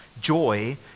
Joy